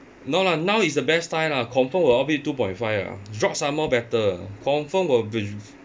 no lah now is the best time lah confirm will outbid two point five ah drop some more better confirm will be